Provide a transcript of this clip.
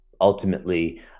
ultimately